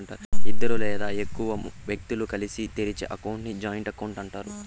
ఇద్దరు లేదా ఎక్కువ మంది వ్యక్తులు కలిసి తెరిచే అకౌంట్ ని జాయింట్ అకౌంట్ అంటారు